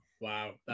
Wow